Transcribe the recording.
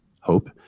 hope